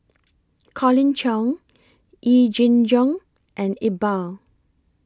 Colin Cheong Yee Jenn Jong and Iqbal